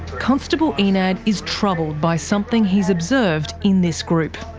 constable enad is troubled by something he's observed in this group.